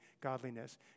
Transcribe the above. godliness